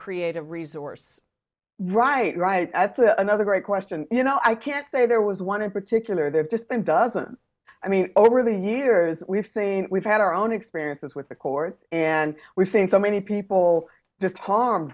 create a resource right right another great question you know i can't say there was one in particular there's just been doesn't i mean over the years we've seen we've had our own experiences with the courts and we think so many people just harmed